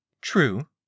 True